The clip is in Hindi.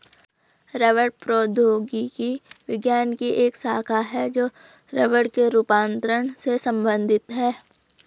रबड़ प्रौद्योगिकी विज्ञान की एक शाखा है जो रबड़ के रूपांतरण से संबंधित है